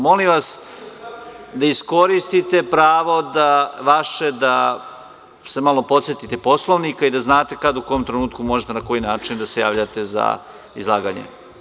Molim vas, da iskoristite vaše pravo da se malo podsetite Poslovnika i da znate kad u kom trenutku možete, na koji način da se javljate za izlaganje.